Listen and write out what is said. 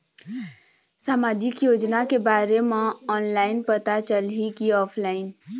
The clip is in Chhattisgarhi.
सामाजिक योजना के बारे मा ऑनलाइन पता चलही की ऑफलाइन?